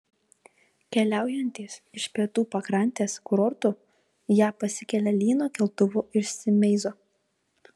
keliaujantys iš pietų pakrantės kurortų į ją pasikelia lyno keltuvu iš simeizo